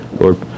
Lord